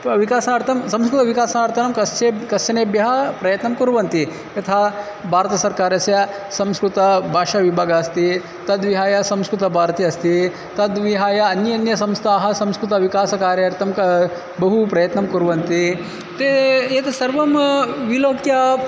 प विकासार्थं संस्कृतविकासार्थं कस्य कश्चन प्रयत्नं कुर्वन्ति यथा भारतसर्कारस्य संस्कृतभाषाविभागः अस्ति तद्विहाय संस्कृतभारती अस्ति तद्विहाय अन्यान्यसंस्थाः संस्कृतविकासकार्यार्थं क बहु प्रयत्नं कुर्वन्ति ते एतत् सर्वं विलोक्य